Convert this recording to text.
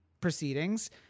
proceedings